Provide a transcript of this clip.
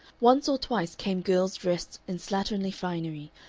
once or twice came girls dressed in slatternly finery,